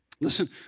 Listen